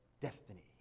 destiny